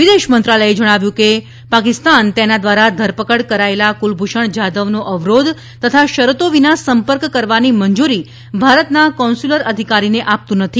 વિદેશ મંત્રાલયે જણાવ્યું છે કે પાકિસ્તાન તેના દ્વારા ધરપકડ કરાયેલા કુલભૂષણ જાધવનો અવરોધ તથા શરતો વિના સંપર્ક કરવાની મંજુરી ભારતના કોન્સ્યુલર અધિકારીને આપતું નથી